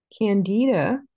Candida